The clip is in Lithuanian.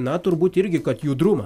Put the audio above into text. na turbūt irgi kad judrumą